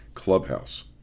clubhouse